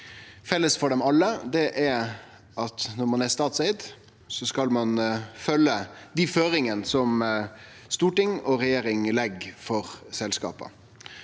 Felles for dei alle er at når ein er statseigd, skal ein følge dei føringane som storting og regjering legg for selskapa.